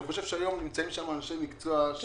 אני חושב שהיום נמצאים שם אנשי מקצוע שידעו לקחת.